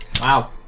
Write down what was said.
Wow